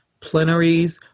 plenaries